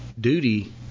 duty